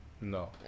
No